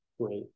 great